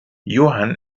johann